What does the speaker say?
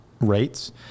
Rates